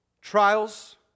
Trials